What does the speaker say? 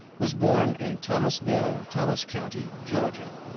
was born in thomasville, thomas county, georgia,